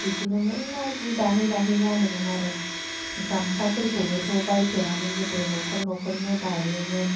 बिदिनो मेल्ला जि दाहै दाहै गानोमोन आरो गामसाफोरखौबोथ' बायफेरामोन गोदो न'खर न'खरनो दायोमोन